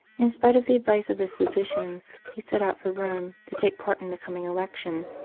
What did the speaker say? in spite of the advice of his physicians, he set out for rome to take part in the coming election.